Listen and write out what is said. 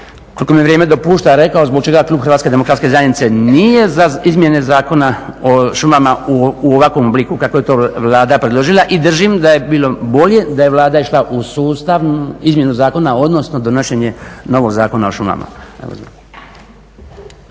koliko mi vrijeme dopušta rekao zbog čega klub Hrvatske demokratske zajednice nije za izmjene Zakona o šumama u ovakvom obliku kako je to Vlada predložila i držim da je to bilo bolje da je Vlada išla u sustavnu izmjenu zakona, odnosno donošenje novog Zakon o šumama.